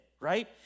right